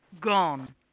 gone